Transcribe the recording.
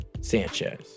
Sanchez